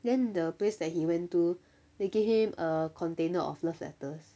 then the place that he went to they give him a container of love letters